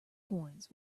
coins